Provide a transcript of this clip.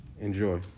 Enjoy